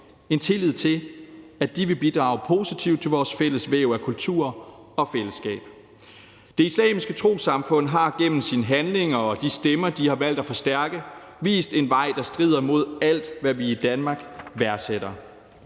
en tillid til, at de vil bidrage positivt til vores fælles væv af kultur og fællesskab. Det Islamiske Trossamfund har gennem sine handlinger og de stemmer, de har valgt at forstærke, vist en vej, der strider imod alt, hvad vi i Danmark værdsætter,